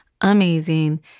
amazing